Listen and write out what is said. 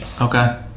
Okay